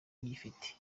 uyifite